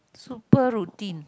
super routine